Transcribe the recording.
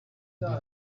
imbere